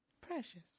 Precious